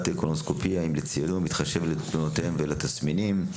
קולונוסקופיה בצעירים בהתחשב בתלונותיהם ובתסמינים שלהם.